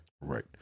Right